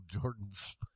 Jordan's